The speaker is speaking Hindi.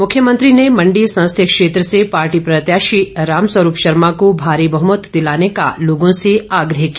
मुख्यमंत्री ने मंडी संसदीय क्षेत्र से पार्टी प्रत्याशी रामस्वरूप शर्मा को भारी बहुमत दिलाने का लोगों से ऑग्रह किया